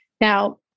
Now